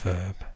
Verb